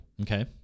Okay